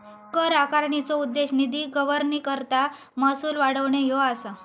कर आकारणीचो उद्देश निधी गव्हर्निंगकरता महसूल वाढवणे ह्या असा